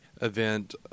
event